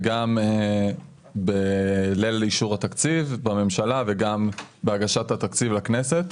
גם בליל אישור התקציב בממשלה וגם בעת הגשת התקציב לכנסת,